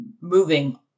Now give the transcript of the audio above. moving